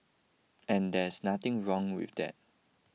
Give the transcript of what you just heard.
and there's nothing wrong with that